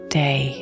day